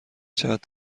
چقد